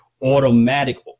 automatic